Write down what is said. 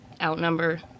outnumber